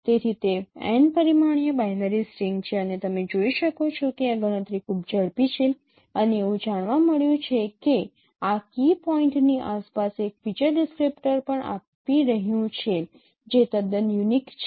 તેથી તે n પરિમાણીય બાઇનરી સ્ટ્રિંગ છે અને તમે જોઈ શકો છો કે આ ગણતરી ખૂબ ઝડપી છે અને એવું જાણવા મળ્યું છે કે આ કી પોઈન્ટની આસપાસ એક ફીચર ડિસ્ક્રિપ્ટર પણ આપી રહ્યું છે જે તદ્દન યુનિક છે